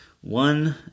One